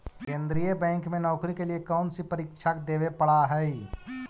केन्द्रीय बैंक में नौकरी के लिए कौन सी परीक्षा देवे पड़ा हई